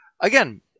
Again